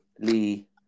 Lee